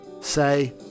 say